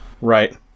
Right